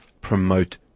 promote